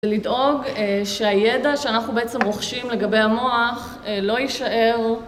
לדאוג שהידע שאנחנו בעצם רוכשים לגבי המוח לא יישאר